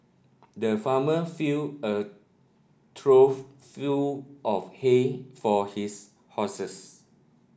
the farmer filled a trough full of hay for his horses